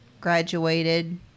graduated